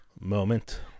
moment